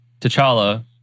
T'Challa